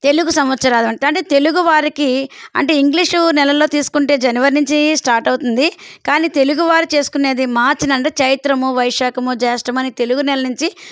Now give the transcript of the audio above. తెలుగు సంవత్సరం అంటే తెలుగు వారికి అంటే ఇంగ్లీషు నెలల్లో తీసుకుంటే జనవరి నుంచి స్టార్ట్ అవుతుంది కానీ తెలుగు వారు చేసుకునేది మార్చి నందు చైత్రము వైశాఖము జ్యేష్టము అని తెలుగు నెల నుంచి